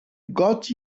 got